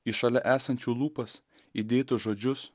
į šalia esančių lūpas įdėtus žodžius